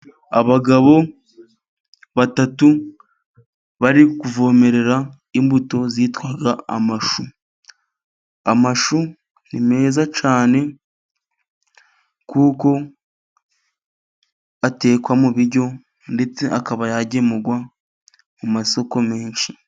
Abagabo batatu ,bari kuvomerera imbuto zitwa amashu. Amashu ni meza cyane, kuko atekwa mu biryo, ndetse akaba yagemurwa mu masoko menshi.